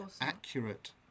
accurate